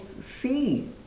see